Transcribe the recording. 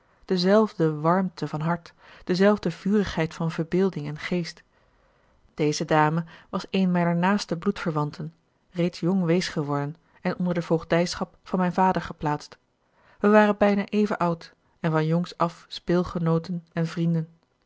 dezelfde warmte van hart dezelfde vurigheid van verbeelding en geest deze dame was eene mijner naaste bloedverwanten reeds jong wees geworden en onder de voogdijschap van mijn vader geplaatst wij waren bijna even oud en van jongsaf speelgenooten en vrienden